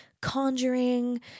conjuring